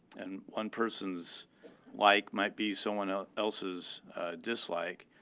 and one person's like might be someone ah else's dislike.